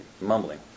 mumbling